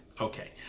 Okay